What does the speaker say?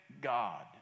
God